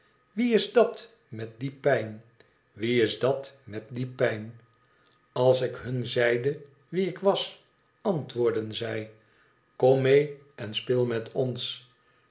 wie is dat met die pijn wie is dat met die pijnr als ik hun ztide wie ik was antwoordden zij ikom mee en speel met ons